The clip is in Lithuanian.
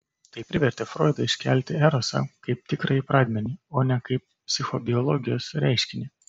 tai privertė froidą iškelti erosą kaip tikrąjį pradmenį o ne kaip psichobiologijos reiškinį